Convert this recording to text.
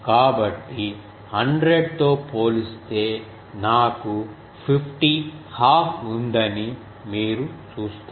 కాబట్టి 100 తో పోలిస్తే నాకు 50 హఫ్ ఉందని మీరు చూస్తారు